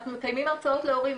אנחנו מקיימים הרצאות להורים,